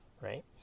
right